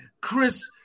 chris